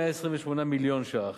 128 מיליון ש"ח,